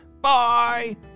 Bye